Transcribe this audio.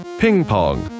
ping-pong